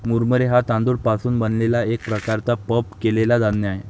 मुरमुरे हा तांदूळ पासून बनलेला एक प्रकारचा पफ केलेला धान्य आहे